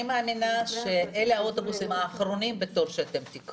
אני מאמינה שאלה האוטובוסים האחרונים בתור שאתם תיקחו,